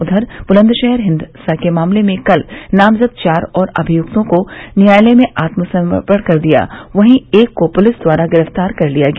उधर बुलन्दशहर हिंसा के मामले में कल नामजद चार और अभियुक्तों ने न्यायालय में आत्म समर्पण कर दिया वहीं एक को पुलिस द्वारा गिरफ्तार कर लिया गया